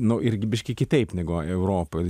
nu irgi biškį kitaip negu europoj